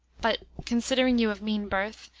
but, considering you of mean birth,